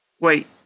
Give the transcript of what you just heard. Wait